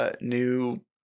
new